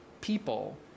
people